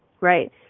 Right